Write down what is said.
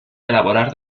elaborar